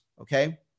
okay